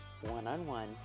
one-on-one